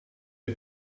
you